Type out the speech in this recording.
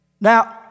Now